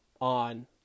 on